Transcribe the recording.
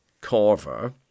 carver